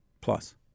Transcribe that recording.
plus